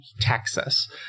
Texas